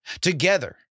Together